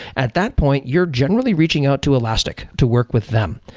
at that point, you're generally reaching out to elastic to work with them,